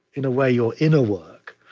in a way, your inner work.